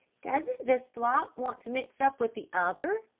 doesn't this flock want to mix up with the other?